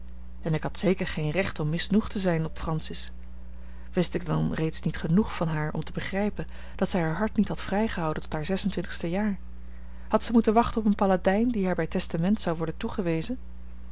en ik had zeker geen recht om misnoegd te zijn op francis wist ik dan reeds niet genoeg van haar om te begrijpen dat zij haar hart niet had vrijgehouden tot haar zes-en-twintigste jaar had zij moeten wachten op een paladijn die haar bij testament zou worden toegewezen